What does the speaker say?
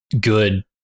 good